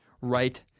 right